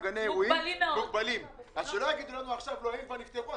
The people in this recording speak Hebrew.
זאת סתם דוגמה אחת.